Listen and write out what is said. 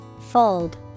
Fold